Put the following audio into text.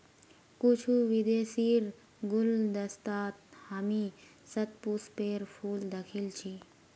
कुछू विदेशीर गुलदस्तात हामी शतपुष्पेर फूल दखिल छि